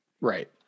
Right